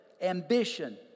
ambition